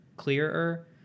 Clearer